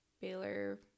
Baylor